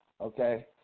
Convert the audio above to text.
Okay